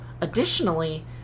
additionally